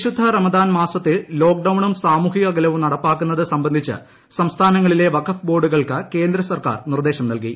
വിശുദ്ധ റമദാൻ വിശുദ്ധ റമദാൻ മാസത്തിൽ ലോക്ക്ഡൌണും സാമൂഹിക അകലവും നടപ്പാക്കുന്നത് സംബന്ധിച്ച് സംസ്ഥാനങ്ങളിലെ വഖഫ് ബോർഡുകൾക്ക് കേന്ദ്ര സർക്കാർ നിർദ്ദേശം നൽകി